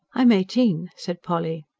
i am eighteen, said polly.